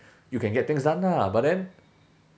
you can get things done lah but then